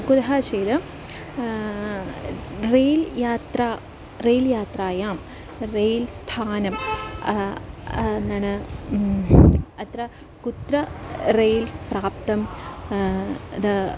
कुतः चेत् रेल् यात्रा रेल् यात्रायां रेल्स्थानं नण अत्र कुत्र रेल् प्राप्तं द